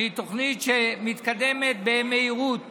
שהיא תוכנית שמתקדמת במהירות